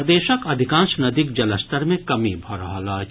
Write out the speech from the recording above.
प्रदेशक अधिकांश नदीक जलस्तर मे कमी भऽ रहल अछि